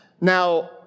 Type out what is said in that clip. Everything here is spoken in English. Now